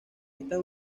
estas